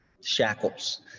shackles